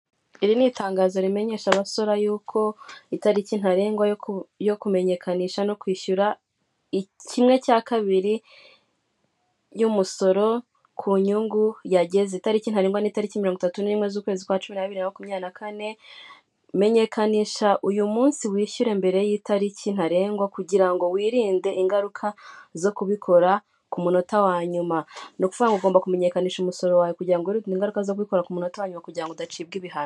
Iri ni itangazo rimenyesha abasora y'uko itariki ntarengwa yo kumenyekanisha no kwishyura kimwe cya kabiri y'umusoro ku nyungu yageze. Itariki ntarengwa n'itariki mirongo itatu n'imwe z'ukwezi kwa cumi n'abiri, bibiri na makumyabiri na kane. Menyekanisha uyu munsi wishyure mbere y'itariki ntarengwa kugira ngo wirinde ingaruka zo kubikora ku munota wa nyuma. Ni ukuvuga ugomba kumenyekanisha umusoro wawe kugirango ngo wirinde ingaruka zo kubikora ku munota wa nyuma kugira ngo udacibwa ibihano.